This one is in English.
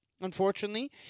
unfortunately